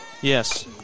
Yes